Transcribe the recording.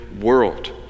world